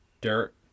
dirt